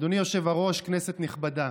אדוני היושב-ראש, כנסת נכבדה,